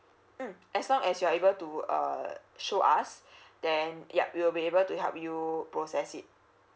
mm as long as you are able to uh show us then yup we'll be able to help you process it